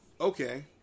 okay